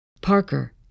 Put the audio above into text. Parker